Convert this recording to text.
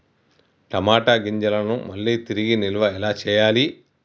టమాట గింజలను మళ్ళీ తిరిగి నిల్వ ఎలా చేయాలి?